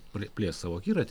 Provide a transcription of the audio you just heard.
praplėst savo akiratį